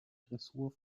dressur